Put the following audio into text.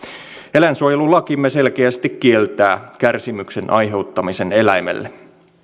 eläinsuojelulakimme selkeästi kieltää kärsimyksen aiheuttamisen eläimelle